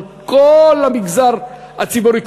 על כל המגזר הציבורי,